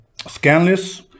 Scanless